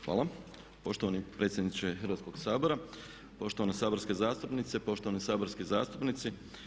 Hvala poštovani predsjedniče Hrvatskoga sabora, poštovane saborske zastupnice, poštovani saborski zastupnici.